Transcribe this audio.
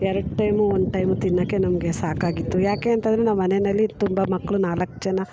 ಎರಡು ಟೈಮು ಒಂದು ಟೈಮು ತಿನ್ನೋಕ್ಕೆ ನಮಗೆ ಸಾಕಾಗಿತ್ತು ಯಾಕೆ ಅಂತ ಅಂದ್ರೆ ನಮ್ಮನೆಯಲ್ಲಿ ತುಂಬ ಮಕ್ಳು ನಾಲ್ಕು ಜನ